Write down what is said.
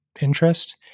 interest